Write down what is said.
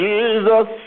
Jesus